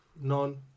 None